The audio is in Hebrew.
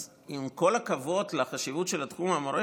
אז עם כל הכבוד לחשיבות של תחום המורשת,